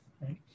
right